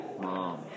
mom